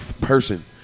person